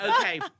Okay